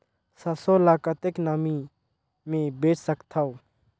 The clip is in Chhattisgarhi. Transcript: सरसो ल कतेक नमी मे बेच सकथव?